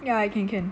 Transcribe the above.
ya I can can